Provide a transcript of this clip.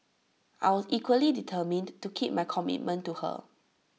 I was equally determined to keep my commitment to her